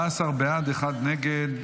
14 בעד, אחד נגד.